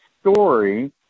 Story